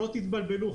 שלא תתבלבלו,